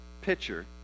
pitcher